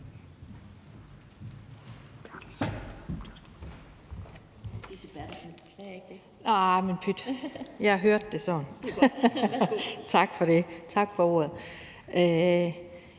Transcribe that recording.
Tak for ordet.